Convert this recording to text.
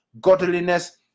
godliness